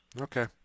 Okay